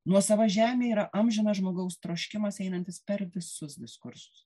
nuosava žemė yra amžinas žmogaus troškimas einantis per visus diskursus